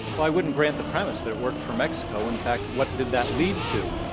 well i wouldn't grant the premise that it worked for mexico, in fact, what did that lead to.